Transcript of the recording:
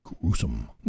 gruesome